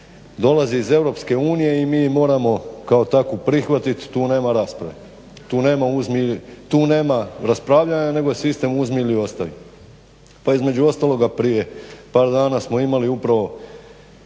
nema rasprave. tu nema uzmi tu nema raspravljanja nego je sistem uzmi ili ostavi. Pa između ostaloga prije par danas smo imali upravo